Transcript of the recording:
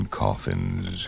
coffins